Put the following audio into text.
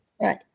Right